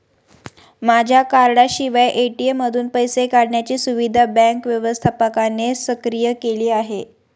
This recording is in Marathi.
माझ्या कार्डाशिवाय ए.टी.एम मधून पैसे काढण्याची सुविधा बँक व्यवस्थापकाने सक्रिय केली आहे